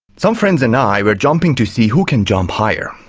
some friends and i were jumping to see who can jump higher.